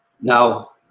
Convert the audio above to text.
Now